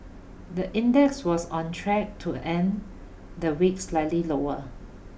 the index was on track to end the week slightly lower